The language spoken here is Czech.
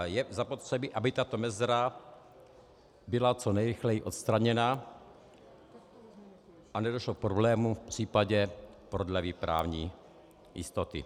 Je zapotřebí, aby tato mezera byla co nejrychleji odstraněna a nedošlo k problému v případě prodlevy právní jistoty.